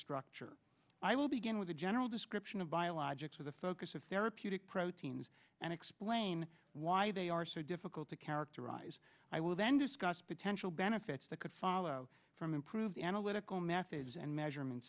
structure i will begin with a general description of biologics with a focus of therapeutic proteins and explain why they are so difficult to characterize i will then discuss potential benefits that could follow from improve the analytical methods and measurement